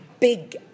big